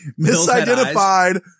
misidentified